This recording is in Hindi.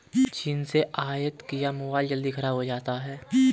चीन से आयत किया मोबाइल जल्दी खराब हो जाता है